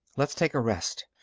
let's take a rest,